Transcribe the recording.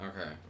Okay